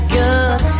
good